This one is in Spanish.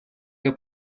que